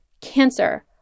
cancer